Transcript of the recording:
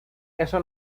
eso